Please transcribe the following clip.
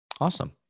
Awesome